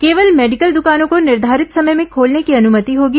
केवल मेडिकल दुकानों को निर्धारित समय में खोलने की अनुमति होगी